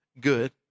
good